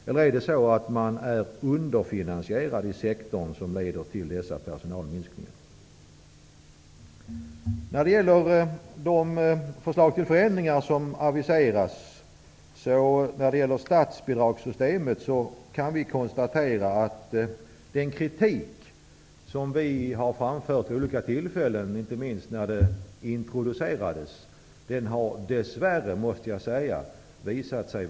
Eller är det en underfinansiering i sektorn som leder till dessa personalminskningar? När det gäller de förslag till förändringar av statsbidragssystemet som aviseras kan vi konstatera att den kritik som vi socialdemokrater framfört vid olika tillfällen, inte minst när detta introducerades, har dess värre visat sig vara riktig.